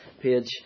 page